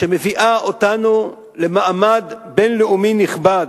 שמביאה אותנו למעמד בין-לאומי נכבד.